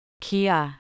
Kia